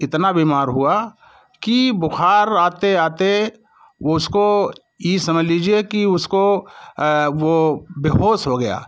इतना बीमार हुआ कि बुखार आते आते उसको ये समझ लीजिए की उसको वो बेहोश हो गया